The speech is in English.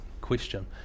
question